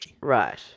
Right